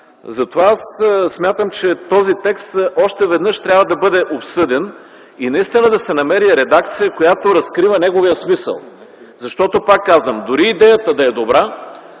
Затова смятам, че този текст още веднъж трябва да бъде обсъден и наистина да се намери редакция, която разкрива неговия смисъл. Защото, пак казвам, дори идеята да е добра,